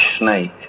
snake